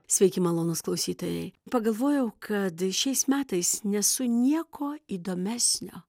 sveiki malonūs klausytojai pagalvojau kad šiais metais nesu nieko įdomesnio